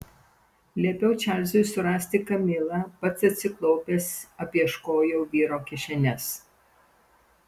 liepiau čarlzui surasti kamilą pats atsiklaupęs apieškojau vyro kišenes